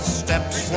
steps